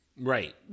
Right